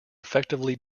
effectively